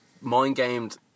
mind-gamed